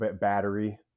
battery